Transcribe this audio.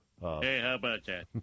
Hey-how-about-that